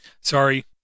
Sorry